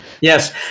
Yes